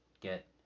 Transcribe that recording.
get